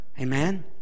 Amen